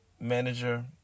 Manager